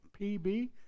PB